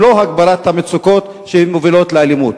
ולא הגברת המצוקות שמובילות לאלימות.